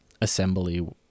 assembly